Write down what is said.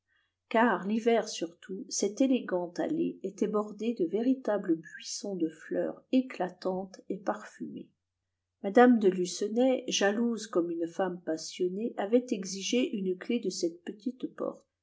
car l'hiver surtout cette élégante allée était bordée de véritables buissons de fleurs éclatantes et parfumées mme de lucenay jalouse comme une femme passionnée avait exigé une clef de cette petite porte